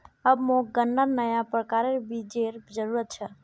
अब मोक गन्नार नया प्रकारेर बीजेर जरूरत छ